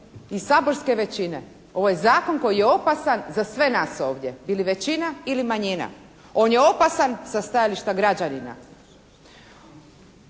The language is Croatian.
iz saborske većine ovo je zakon koji je opasan za sve nas ovdje ili većina ili manjina. On je opasan sa stajališta građanina.